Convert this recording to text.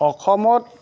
অসমত